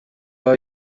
baba